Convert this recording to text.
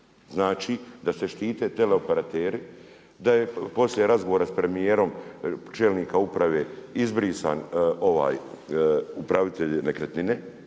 Znači da se štite teleoperateri, da je poslije razgovora s premijerom čelnika uprave izbrisan ovaj upravitelj nekretnine